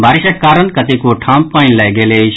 बारिशक कारण कतेको ठाम पानि लागि गेल अछि